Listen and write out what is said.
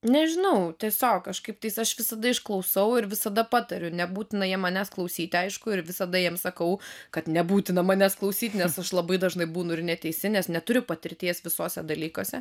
nežinau tiesiog kažkaip aš visada išklausau ir visada patariu nebūtinai jiem manęs klausyti aišku ir visada jiems sakau kad nebūtina manęs klausyti nes aš labai dažnai būnu ir neteisi nes neturiu patirties visuose dalykuose